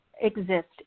exist